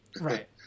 right